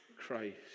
Christ